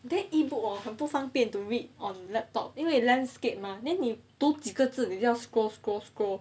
then E-book hor 很不方便 to read on laptop 因为 landscape mah then 你读几个字你要 scroll scroll scroll